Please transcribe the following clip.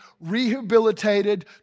rehabilitated